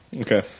Okay